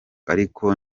ariko